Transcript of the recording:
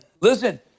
listen